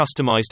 customized